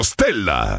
Stella